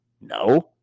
No